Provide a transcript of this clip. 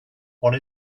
one